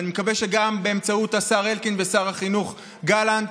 ואני מקווה שגם באמצעות השר אלקין ושר החינוך גלנט,